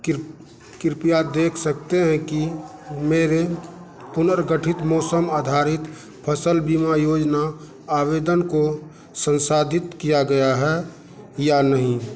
कृ कृपया देख सकते हैं कि मेरे पुनर्गठित मौसम आधारित फसल बीमा योजना आवेदन को संसाधित किया गया है या नहीं